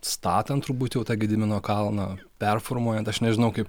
statant turbūt jau tą gedimino kalną performuojant aš nežinau kaip